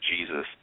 Jesus